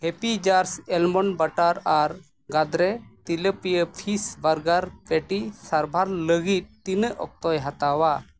happy jars almond butter ᱟᱨ Gadre tilapia fish burger ᱯᱮᱴᱤ ᱥᱟᱨᱵᱷᱟᱨ ᱞᱟᱹᱜᱤᱫ ᱛᱤᱱᱟᱹᱜ ᱚᱠᱚᱛᱚᱭ ᱦᱟᱛᱟᱣᱟ